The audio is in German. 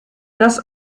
das